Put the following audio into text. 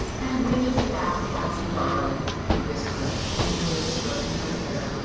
and when ye get back, patsy darlin', he whispered, tenderly stroking her hair,